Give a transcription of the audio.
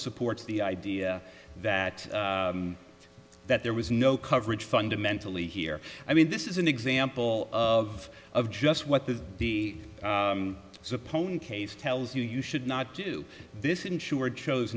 supports the idea that that there was no coverage fundamentally here i mean this is an example of of just what the the so pony case tells you you should not do this insured chose